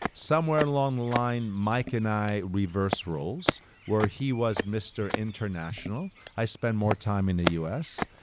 somewhere along the line, mike and i reversed roles where he was mr. international, i spend more time in the us.